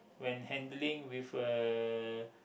when handling with uh